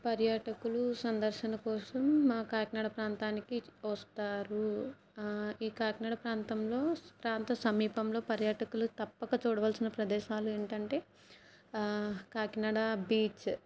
పర్యాటకులు సందర్శన కోసం మా కాకినాడ ప్రాంతానికి వస్తారు ఈ కాకినాడ ప్రాంతంలో ప్రాంత సమీపంలో పర్యాటకులు తప్పక చూడవలసిన ప్రదేశాలు ఏంటంటే కాకినాడ బీచ్